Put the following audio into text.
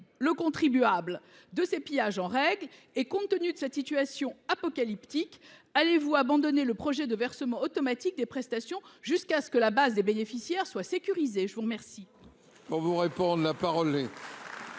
le contribuable de ces pillages en règle ? Compte tenu de cette situation apocalyptique, allez vous abandonner le projet de versement automatique des prestations jusqu’à ce que la base des bénéficiaires soit sécurisée ? La parole